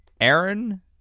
Aaron